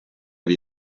wie